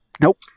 Nope